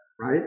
right